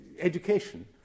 Education